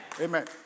Amen